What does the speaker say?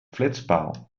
flitspaal